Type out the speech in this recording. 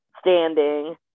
standing